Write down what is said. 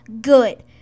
good